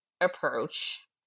approach